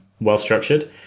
well-structured